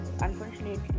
unfortunately